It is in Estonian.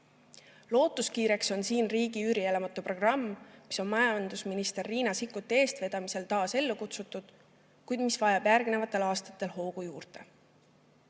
Lootuskiireks on siin riigi üürielamute programm, mis on majandusminister Riina Sikkuti eestvedamisel taas ellu kutsutud, kuid mis vajab järgnevatel aastatel hoogu